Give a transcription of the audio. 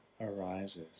arises